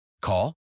Call